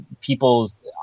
people's